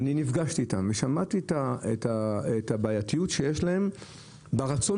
ואני נפגשתי איתם ושמעתי את הבעייתיות שיש להם ואת הרצון